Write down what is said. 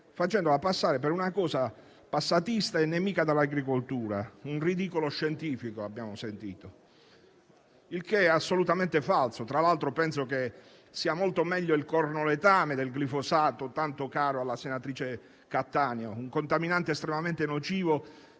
facendola passare per una cosa passatista e nemica dall'agricoltura, un ridicolo scientifico, come abbiamo sentito. Questo è assolutamente falso e, tra l'altro, penso che sia molto meglio il cornoletame del glifosato tanto caro alla senatrice Cattaneo, un contaminante estremamente nocivo